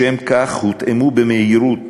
לשם כך הותאמו במהירות